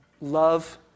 Love